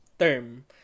Term